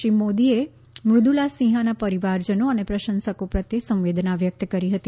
શ્રી મોદીએ મૃદૂલા સિંહાના પરિવારજનો અને પ્રશંસકો પ્રત્યે સંવેદના વ્યક્ત કરી હતી